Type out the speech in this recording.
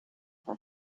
her